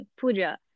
puja